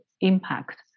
impact